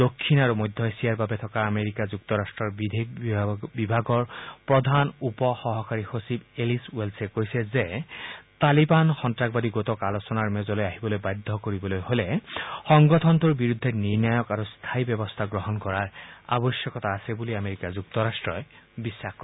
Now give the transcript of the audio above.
দক্ষিণ আৰু মধ্য এছিয়াৰ বাবে থকা আমেৰিকা যুক্তৰাট্টৰ বিদেশ বিভাগৰ প্ৰধান উপ সহকাৰী সচিব এলিছ ৱেলছে কৈছে যে টালিবান সন্ত্ৰাসবাদী গোটক আলোচনাৰ মেজলৈ আহিবলৈ বাধ্য কৰিবলৈ হলে সংগঠনটোৰ বিৰুদ্ধে নিৰ্ণায়ক আৰু স্থায়ী ব্যৱস্থা গ্ৰহণ কৰাৰ আৱশ্যকতা আছে বুলি আমেৰিকা যুক্তৰাষ্ট্ৰই বিশ্বাস কৰে